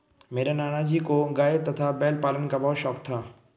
मेरे नाना जी को गाय तथा बैल पालन का बहुत शौक था